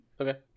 Okay